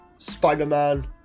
spider-man